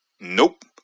Nope